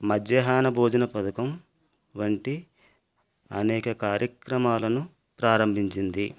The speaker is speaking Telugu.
మధ్యాహ్న భోజన పథకం వంటి అనేక కార్యక్రమాలను ప్రారంభించింది